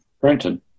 brenton